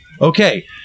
okay